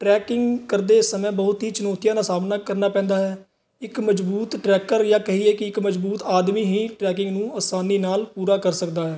trekking ਕਰਦੇ ਸਮੇਂ ਬਹੁਤ ਹੀ ਚੁਣੌਤੀਆਂ ਦਾ ਸਾਹਮਣਾ ਕਰਨਾ ਪੈਂਦਾ ਹੈ ਇੱਕ ਮਜ਼ਬੂਤ ਟਰੈਕਰ ਜਾਂ ਕਹੀਏ ਕਿ ਇੱਕ ਮਜ਼ਬੂਤ ਆਦਮੀ ਹੀ ਟਰੈਕਿੰਗ ਨੂੰ ਆਸਾਨੀ ਨਾਲ ਪੂਰਾ ਕਰ ਸਕਦਾ ਹੈ